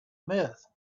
myth